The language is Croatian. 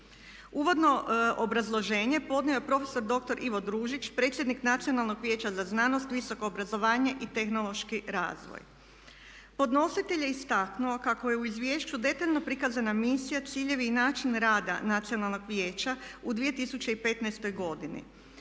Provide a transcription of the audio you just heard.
Uvodno obrazloženje podnio je prof.dr. Ivo Družić, predsjednik Nacionalnog vijeća za znanost, visoko obrazovanje i tehnološki razvoj. Podnositelj je istaknuo kako je u izvješću detaljno prikazana misija, ciljevi i način rada Nacionalnog vijeća u 2015. godini.